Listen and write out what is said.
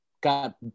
got